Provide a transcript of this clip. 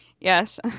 yes